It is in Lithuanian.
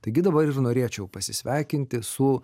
taigi dabar ir norėčiau pasisveikinti su